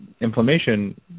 inflammation